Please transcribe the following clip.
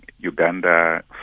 Uganda